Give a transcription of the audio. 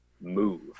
move